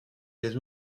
les